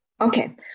Okay